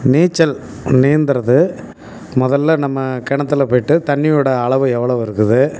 நீச்சல் நீந்துகிறது முதல்ல நம்ம கிணத்துல போய்ட்டு தண்ணியோட அளவு எவ்வளவு இருக்குது